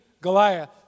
Goliath